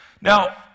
Now